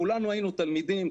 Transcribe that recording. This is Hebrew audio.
כולנו היינו תלמידים,